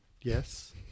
yes